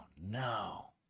no